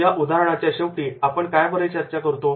या उदाहरणाच्या शेवटी आपण काय बरे चर्चा करतो